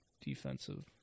defensive